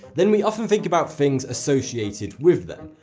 then we often think about things associated with them.